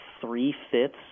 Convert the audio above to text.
three-fifths